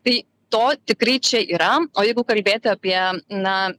tai to tikrai čia yra o jeigu kalbėti apie na